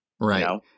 Right